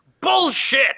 bullshit